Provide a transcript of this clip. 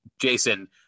jason